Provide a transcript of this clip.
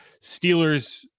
Steelers